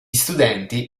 studenti